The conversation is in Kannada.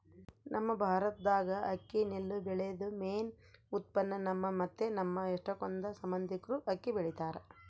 ನಮ್ ಭಾರತ್ದಾಗ ಅಕ್ಕಿ ನೆಲ್ಲು ಬೆಳ್ಯೇದು ಮೇನ್ ಉತ್ಪನ್ನ, ನಮ್ಮ ಮತ್ತೆ ನಮ್ ಎಷ್ಟಕೊಂದ್ ಸಂಬಂದಿಕ್ರು ಅಕ್ಕಿ ಬೆಳಿತಾರ